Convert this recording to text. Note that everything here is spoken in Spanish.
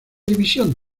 división